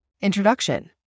Introduction